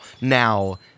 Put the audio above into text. now